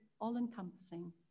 all-encompassing